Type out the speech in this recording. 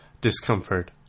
discomfort